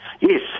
Yes